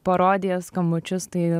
parodijas skambučius tai